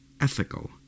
ethical